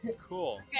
Cool